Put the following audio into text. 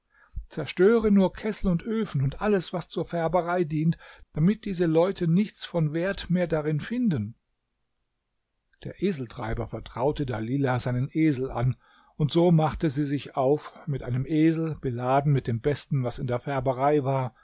zerstöre nur kessel und öfen und alles was zur färberei dient damit diese leute nichts von wert mehr darin finden der eseltreiber vertraute dalilah seinen esel an und so machte sie sich auf mit einem esel beladen mit dem besten was in der färberei war